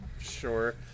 Sure